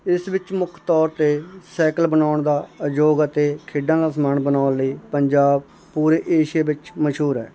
ਇਸ ਵਿੱਚ ਮੁੱਖ ਤੌਰ 'ਤੇ ਸੈਕਲ ਬਣਾਉਣ ਦਾ ਅਯੋਗ ਅਤੇ ਖੇਡਾਂ ਦਾ ਸਮਾਨ ਬਣਾਉਣ ਲਈ ਪੰਜਾਬ ਪੂਰੇ ਏਸ਼ੀਆ ਵਿੱਚ ਮਸ਼ਹੂਰ ਹੈ